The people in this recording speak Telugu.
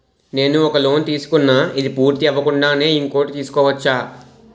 నేను ఒక లోన్ తీసుకున్న, ఇది పూర్తి అవ్వకుండానే ఇంకోటి తీసుకోవచ్చా?